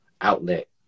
outlet